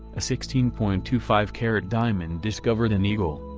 a sixteen point two five carat diamond discovered in eagle,